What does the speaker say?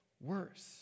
worse